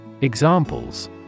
Examples